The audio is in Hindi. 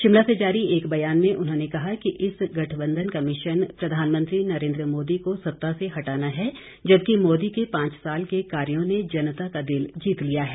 शिमला से जारी एक ब्यान में उन्होंने कहा कि इस गठबंधन का मिशन प्रधानमंत्री नरेंद्र मोदी को सत्ता से हटाना है जबकि मोदी के पांच साल के कार्यों ने जनता का दिल जीत लिया है